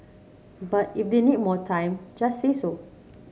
but if they need more time just say so